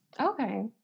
Okay